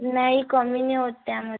नाही कमी नाही होत त्यामध्ये